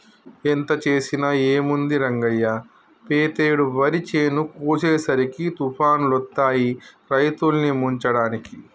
ఎంత చేసినా ఏముంది రంగయ్య పెతేడు వరి చేను కోసేసరికి తుఫానులొత్తాయి రైతుల్ని ముంచడానికి